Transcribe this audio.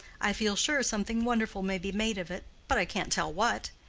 i feel sure something wonderful may be made of it, but i can't tell what.